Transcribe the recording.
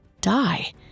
die